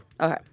Okay